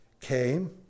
came